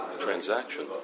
transaction